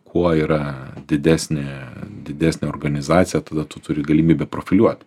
kuo yra didesnė didesnė organizacija tada tu turi galimybę profiliuot